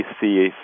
see